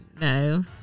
No